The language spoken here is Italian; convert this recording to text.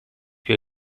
più